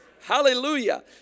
Hallelujah